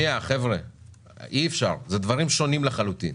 אי אפשר, אלה דברים שונים לחלוטין.